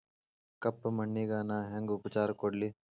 ಕಪ್ಪ ಮಣ್ಣಿಗ ನಾ ಹೆಂಗ್ ಉಪಚಾರ ಕೊಡ್ಲಿ?